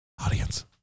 audience